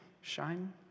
shine